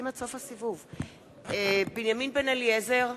בנימין בן-אליעזר,